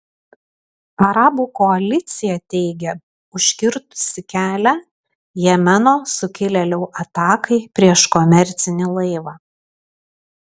arabų koalicija teigia užkirtusi kelią jemeno sukilėlių atakai prieš komercinį laivą